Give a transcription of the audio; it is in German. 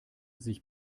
sich